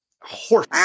horse